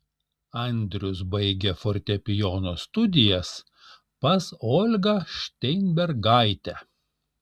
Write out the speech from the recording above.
andrius baigė fortepijono studijas pas olgą šteinbergaitę